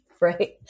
right